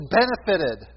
benefited